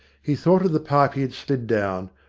he thought of the pipe he had slid down,